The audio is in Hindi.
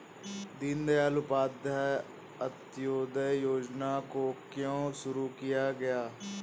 दीनदयाल उपाध्याय अंत्योदय योजना को क्यों शुरू किया गया?